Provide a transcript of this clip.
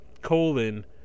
colon